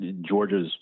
Georgia's